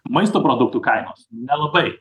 maisto produktų kainos nelabai